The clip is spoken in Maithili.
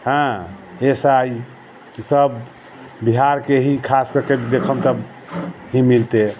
हँ एस आइ सब बिहारके ही खासकऽ कऽ देखब तऽ ही मिलतै